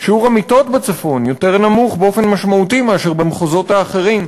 שיעור המיטות בצפון יותר נמוך באופן משמעותי מאשר במחוזות אחרים.